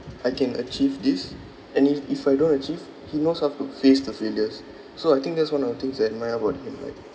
I can achieve this and if if I don't achieve he knows how to face the failures so I think that's one of the things that I admire about him like